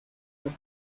were